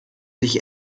sich